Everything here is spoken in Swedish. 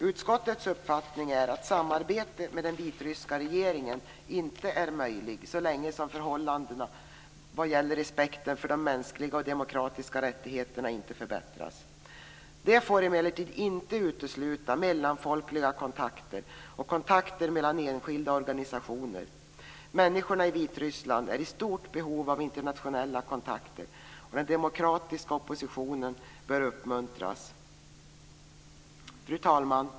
Utskottets uppfattning är att samarbete med den vitryska regeringen inte är möjligt så länge förhållandena vad gäller respekten för de mänskliga och demokratiska rättigheterna inte förbättras. Det får emellertid inte utesluta mellanfolkliga kontakter och kontakter mellan enskilda organisationer. Människorna i Vitryssland är i stort behov av internationella kontakter, och den demokratiska oppositionen bör uppmuntras. Fru talman!